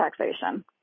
taxation